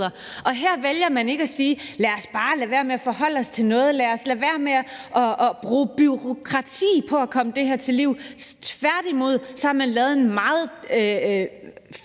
og her vælger man ikke at sige: Lad os bare lade være med at forholde os til noget, og lad os lade være med at bruge bureaukrati på at komme det her til livs. Tværtimod har man lavet en meget